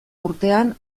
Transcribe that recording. urtean